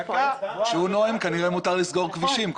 כשהוא נואם כנראה מותר לסגור כבישים,